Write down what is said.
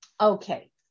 Okay